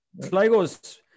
Sligo's